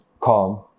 calm